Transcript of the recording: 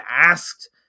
asked